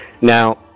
Now